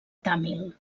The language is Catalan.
tàmil